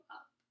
up